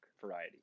variety